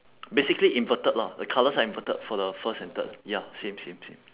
basically inverted lah the colours are inverted for the first and third ya same same same